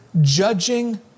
judging